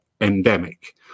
endemic